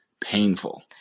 painful